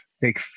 take